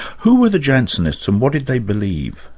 who were the jansenists and what did they believe?